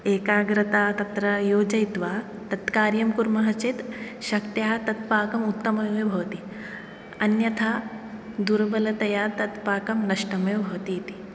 एकाग्रता तत्र योजयित्वा तत्कार्यं कुर्मः चेत् शक्त्याः तत् पाकं उत्तमेव भवति अन्यथा दुर्बलतया तत्पाकं नष्टमेव भवति इति